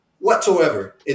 Whatsoever